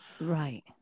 right